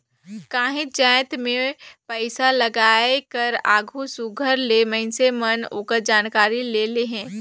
काहींच जाएत में पइसालगाए कर आघु सुग्घर ले मइनसे मन ओकर जानकारी ले लेहें